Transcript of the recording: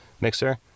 mixer